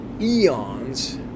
eons